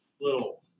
little